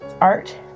art